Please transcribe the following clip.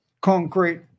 concrete